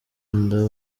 nda